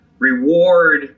Reward